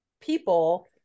people